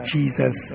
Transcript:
Jesus